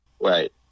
Right